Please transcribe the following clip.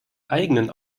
eigenen